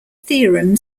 theorem